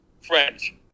French